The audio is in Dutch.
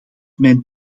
mijn